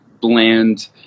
bland